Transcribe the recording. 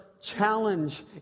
challenge